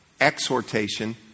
Exhortation